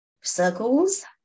circles